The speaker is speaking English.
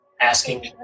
asking